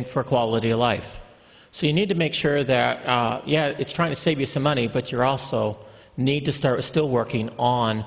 in for quality of life so you need to make sure that yeah it's trying to save you some money but you're also need to start still working on